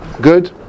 Good